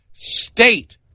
State